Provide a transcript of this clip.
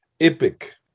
epic